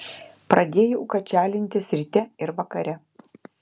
pradėjau kačialintis ryte ir vakare